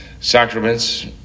sacraments